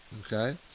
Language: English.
Okay